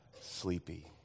sleepy